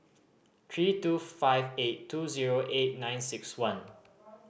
three two five eight two zero eight nine six one